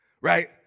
Right